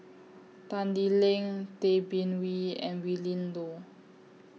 Tan Lee Leng Tay Bin Wee and Willin Low